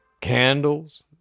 candles